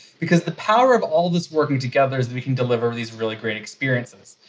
because the power of all of us working together is that we can deliver these really great experiences,